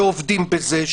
שעובדים בזה,